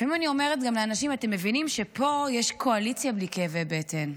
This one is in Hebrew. לפעמים אני אומרת לאנשים: אתם מבינים שפה יש קואליציה בלי כאבי בטן.